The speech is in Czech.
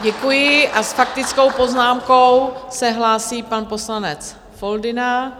Děkuji a s faktickou poznámkou se hlásí pan poslanec Foldyna.